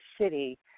City